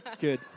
Good